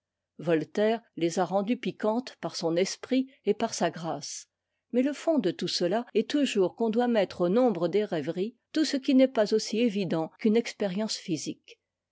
voltaire les a rendues piquantes par son esprit et par sa grâce mais le fond de tout cela est toujours qu'on doit mettre au nombre des rêveries tout ce qui n'est pas aussi évident qu'une expérience physique